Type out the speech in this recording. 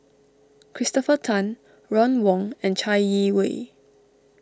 Christopher Tan Ron Wong and Chai Yee Wei